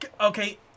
Okay